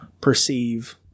perceive